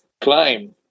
climb